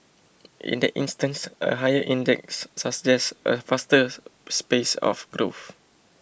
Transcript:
in that instance a higher index suggests a faster space of growth